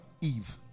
Eve